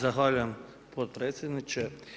Zahvaljujem potpredsjedniče.